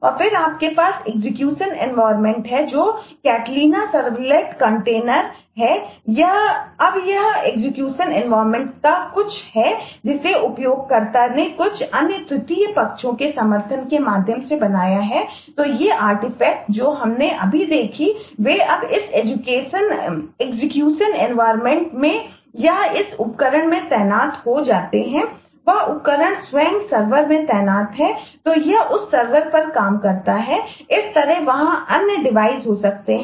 और फिर आपके पास एग्जीक्यूशन एनवायरनमेंट उपयोगकर्ता हैं